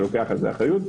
שלוקח על זה אחריות.